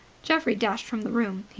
geoffrey dashed from the room.